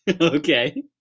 Okay